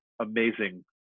amazing